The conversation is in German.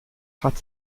hat